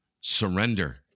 surrender